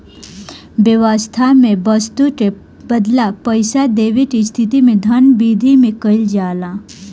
बेवस्था में बस्तु के बदला पईसा देवे के स्थिति में धन बिधि में कइल जाला